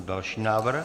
Další návrh.